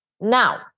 Now